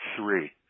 three